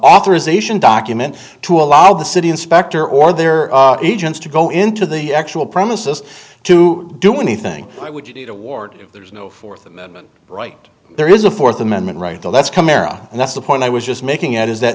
authorization document to allow the city inspector or their agents to go into the actual premises to do anything would you do toward there's no fourth amendment right there is a fourth amendment right to let's come era and that's the point i was just making it is that